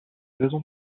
raisons